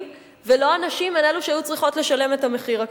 ולא הנשים הן אלו שהיו צריכות לשלם את המחיר הכפול.